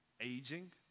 aging